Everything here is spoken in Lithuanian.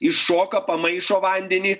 iššoka pamaišo vandenį